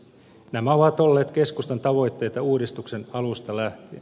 nämä ovat olleet keskustan tavoitteita uudistuksen alusta lähtien